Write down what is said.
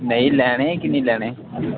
नेईं लैने की नेईं लैने